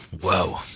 Whoa